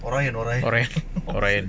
alright alright alright